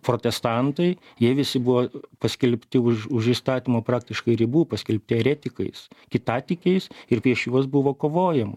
protestantai jie visi buvo paskelbti už už įstatymo praktiškai ribų paskelbti eretikais kitatikiais ir prieš juos buvo kovojama